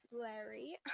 larry